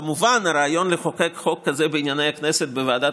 כמובן הרעיון לחוקק כזה בענייני הכנסת בוועדת